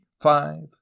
five